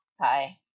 Hi